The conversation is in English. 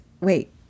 wait